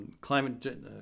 climate